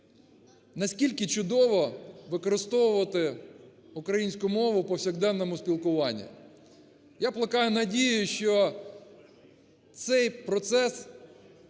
наскільки чудово використовувати українську мову в повсякденному спілкуванні. Я плекаю надію, що цей процес